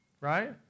Right